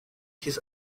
kiss